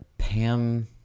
Pam